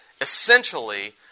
essentially